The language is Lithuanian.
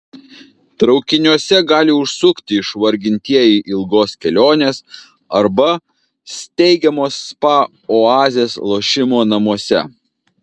traukiniuose gali užsukti išvargintieji ilgos kelionės arba steigiamos spa oazės lošimo namuose